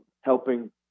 helping